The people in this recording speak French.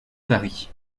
paris